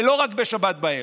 ולא רק בשבת בערב,